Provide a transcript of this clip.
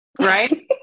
Right